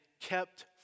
kept